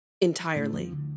Entirely